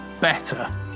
better